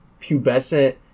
pubescent